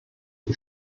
die